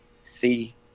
see